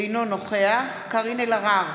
אינו נוכח קארין אלהרר,